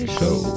show